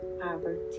poverty